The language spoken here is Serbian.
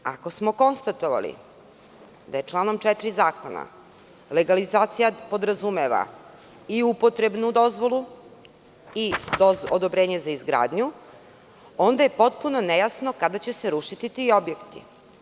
Ako smo konstatovali da članom 4. zakona legalizacija podrazumeva i upotrebnu dozvolu i odobrenje za izgradnju, onda je potpuno nejasno kada će se rušiti ti objekti.